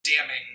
damning